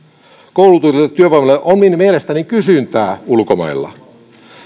koulutetulle työvoimalle on mielestäni kysyntää ulkomailla